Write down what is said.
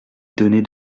donner